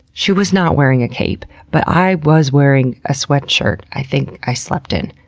she was not wearing a cape, but i was wearing a sweatshirt i think i slept in.